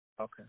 Okay